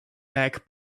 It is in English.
back